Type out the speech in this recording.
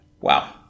wow